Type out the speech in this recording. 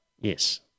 yes